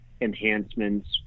enhancements